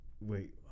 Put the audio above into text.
Wait